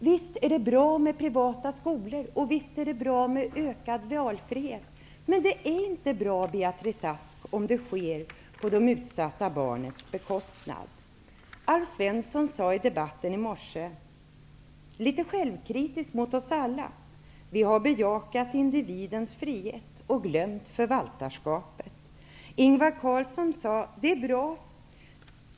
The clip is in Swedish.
Visst är det bra med privatskolor, och visst är det bra med ökad valfrihet. Men det är inte bra, Beatrice Ask, om det sker på de utsatta barnens bekostnad. Alf Svensson sade i debatten i morse, litet självkritiskt mot oss alla: Vi har bejakat individens frihet och glömt förvaltarskapet. Ingvar Carlsson tyckte att det var bra sagt.